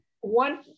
one